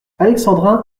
alexandrin